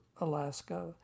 Alaska